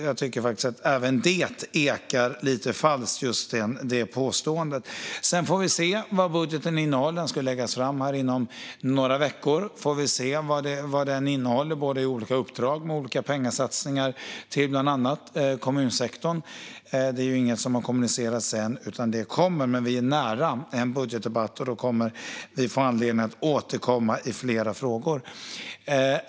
Jag tycker att även detta påstående ekar lite falskt. Budgeten ska ju läggas fram inom några veckor. Vi får se vad den innehåller när det gäller olika uppdrag och olika pengasatsningar till bland annat kommunsektorn. Detta är inget som har kommunicerats än, utan det kommer. Vi är dock nära en budgetdebatt, och vi kommer då att få anledning att återkomma i flera frågor.